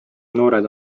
noored